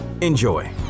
Enjoy